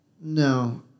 No